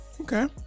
okay